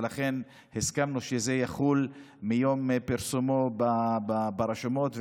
ולכן הסכמנו שזה יחול מיום פרסומו ברשומות.